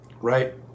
right